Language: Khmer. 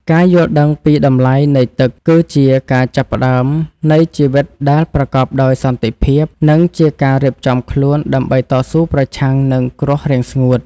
ការយល់ដឹងពីតម្លៃនៃទឹកគឺជាការចាប់ផ្តើមនៃជីវិតដែលប្រកបដោយសន្តិភាព និងជាការរៀបចំខ្លួនដើម្បីតស៊ូប្រឆាំងនឹងគ្រោះរាំងស្ងួត។